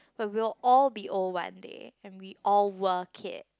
but we will all be old one day and we all work it